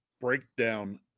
breakdown